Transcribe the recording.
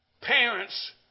Parents